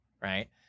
right